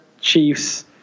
Chiefs